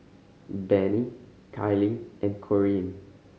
Bennie Kylee and Corean